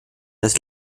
das